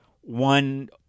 one